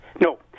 No